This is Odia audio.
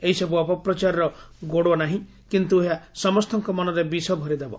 ଏହିସବୁ ଅପପ୍ରଚାରର ଗୋଡ଼ ନାହିଁ କିନ୍ତୁ ଏହା ସମସ୍ତଙ୍କ ମନରେ ବିଷ ଭରିଦେବ